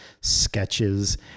sketches